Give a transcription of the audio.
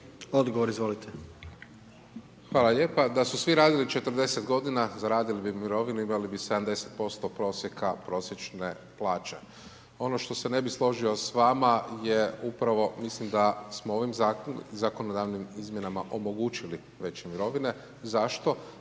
Marko (HDZ)** Hvala lijepo. Da su svi radili 40 godina, zaradili bi mirovinu, imali bi 70% prosjeka prosječne plaće. Ono što se ne bih složio s vama je upravo, mislim da smo ovim zakonodavnim izmjenama omogućili veće mirovine, zašto?